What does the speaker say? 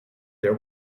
there